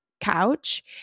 couch